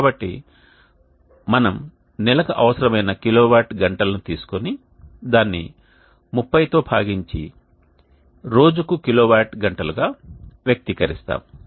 కాబట్టి మనము నెలకు అవసరమైన కిలోవాట్ గంటల ను తీసుకొని దానిని 30 తో భాగించి భాగిస్తే రోజుకు కిలోవాట్ గంటలుగా వ్యక్తీకరిస్తాము